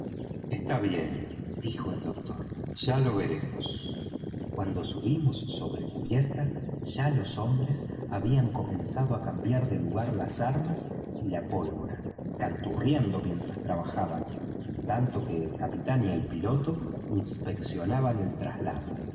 está bien dijo el doctor ya lo veremos cuando subimos sobre cubierta ya los hombres habían comenzado á cambiar de lugar las armas y la pólvora canturriando mientras trabajaban en tanto que el capitán y el piloto inspeccionaban el traslado